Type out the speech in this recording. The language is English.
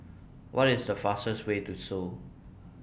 What IS The fastest Way to Seoul